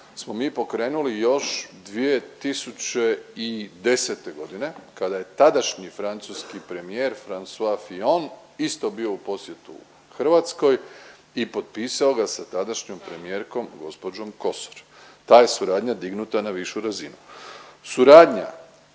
smo mi pokrenuli još 2010. godine kada je tadašnji francuski premijer Francois Fillon isto bio u posjetu Hrvatskoj i potpisao ga sa tadašnjom premijerkom gospođom Kosor, ta je suradnja dignuta na višu razinu. Suradnja